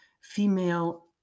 female